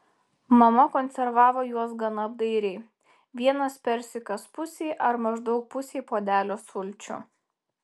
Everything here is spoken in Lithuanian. mama konservavo juos gana apdairiai vienas persikas pusei ar maždaug pusei puodelio sulčių